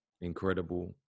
Incredible